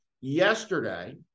Yesterday